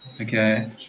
okay